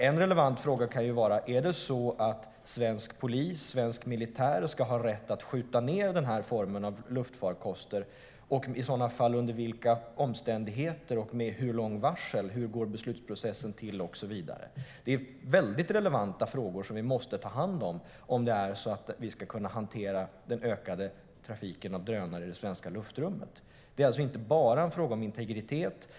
En relevant fråga kan vara: Ska svensk polis eller militär ha rätt att skjuta ned dessa luftfarkoster, och i så fall under vilka omständigheter och med hur långt varsel? Hur går beslutsprocessen till? Detta är väldigt relevanta frågor som vi måste ta hand om för att hantera den ökande trafiken av drönare i det svenska luftrummet. Detta är alltså inte bara en fråga om integritet.